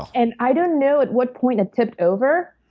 and i don't know at what point it tipped over,